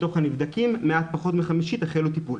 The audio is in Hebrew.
מתוך הנבדקים מעט פחות מחמישית החלו טיפול.